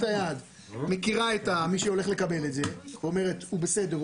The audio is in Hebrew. היעד מכירה את מי שהולך לקבל את זה ואומרת שהוא בסדר,